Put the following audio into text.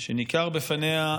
שניכר בפניה,